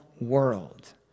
world